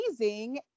amazing